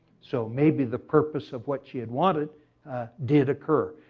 so maybe the purpose of what she had wanted did occur.